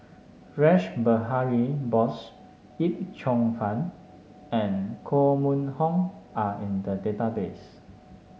Rash Behari Bose Yip Cheong Fun and Koh Mun Hong are in the database